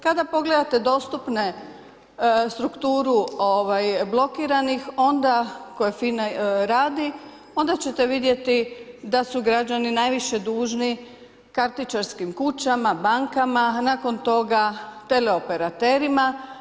Kada pogledate dostupne strukturu blokiranih koje FINA radi onda ćete vidjeti da su građani najviše dužni kartičarskim kućama, bankama, a nakon toga tele operaterima.